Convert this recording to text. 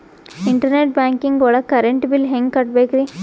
Internet banking ಒಳಗ್ current bill ಹೆಂಗ್ ಕಟ್ಟ್ ಬೇಕ್ರಿ?